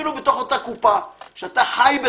אפילו בתוך אותה קופה שאתה חי בתוכה,